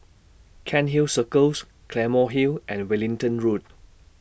Cairnhill Circles Claymore Hill and Wellington Road